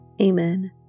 Amen